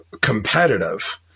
competitive